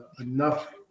enough